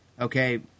okay